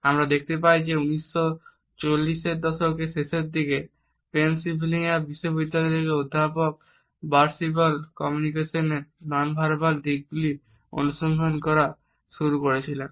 আমরা দেখতে পাই যে এটি 1940 এর দশকের শেষের দিকে পেনসিলভেনিয়া বিশ্ববিদ্যালয়ের অধ্যাপক রে বার্ডভিস্টেল কমিউনিকেশনের নন ভার্বাল দিকগুলি অনুসন্ধান করা শুরু করেছিলেন